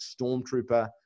Stormtrooper